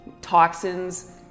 toxins